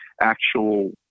actual